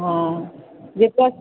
ହଁ ଯେ